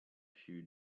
few